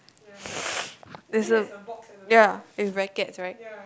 there's a ya it rackets right